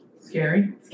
scary